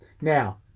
Now